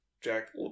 Jack